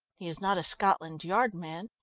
he is not a scotland yard man.